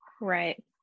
right